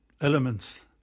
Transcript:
elements